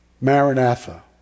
Maranatha